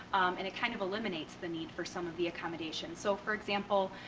and it kind of eliminates the need for some of the accommodation. so, for example,